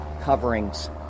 coverings